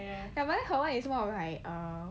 ya but then her one is more of like err